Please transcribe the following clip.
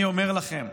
אני אומר לכם,